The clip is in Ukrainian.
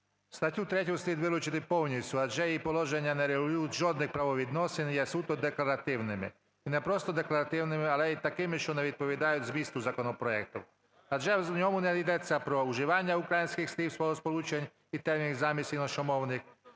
Статтю 3 слід вилучити повністю, адже її положення не регулюють жодних правовідносин і є суто декларативними. І не просто декларативними, але і такими, що не відповідають змісту законопроекту. Адже в ньому не йдеться про вживання українських слів, словосполучень і термінів замість іншомовних;